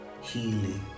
healing